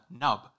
nub